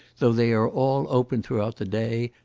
though they are all open throughout the day,